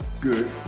good